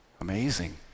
amazing